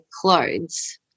clothes